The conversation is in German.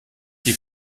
die